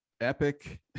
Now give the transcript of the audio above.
epic